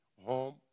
home